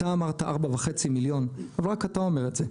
אתה אמרת 4.5 מיליון אבל רק אתה אומר את זה.